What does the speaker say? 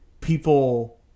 people